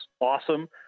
awesome